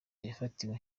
yafatiwe